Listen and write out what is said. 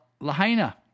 Lahaina